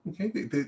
Okay